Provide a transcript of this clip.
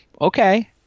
Okay